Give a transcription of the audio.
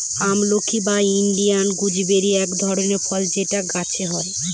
আমলকি বা Indian gooseberry এক ধরনের ফল যেটা গাছে হয়